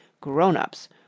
grown-ups